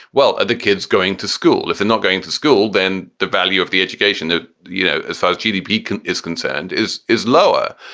well, are the kids going to school? if they're not going to school, then the value of the education ah you know as far as gdp is concerned is is lower.